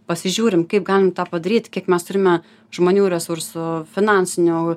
pasižiūrim kaip galim tą padaryt kiek mes turime žmonių resursų finansinių